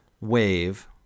wave